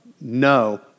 no